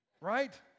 Right